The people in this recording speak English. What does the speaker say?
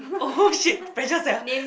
!oh shit! precious sia